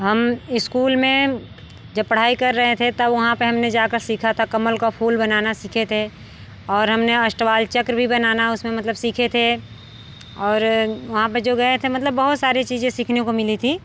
हम इस्कूल में जब पढ़ाई कर रहे थे तब वहाँ पे हमने जा कर सीखा था कमल का फूल बनाना सीखे थे और हमने ओष्टवाल चक्र भी बनाना उसमें मतलब सीखे थे और वहाँ पे जो गए थे मतलब बहुत सारी चीज़ें सीखने को मिली थी